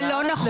זה לא נכון.